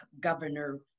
Governor